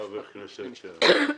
חבר הכנסת עבד אל חכים חאג' יחיא בבקשה.